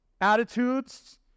attitudes